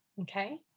Okay